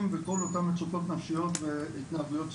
בכל אותם מצוקות נפשיות והתנהגויות סיכון.